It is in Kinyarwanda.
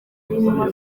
y’intumwa